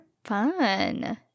fun